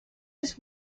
his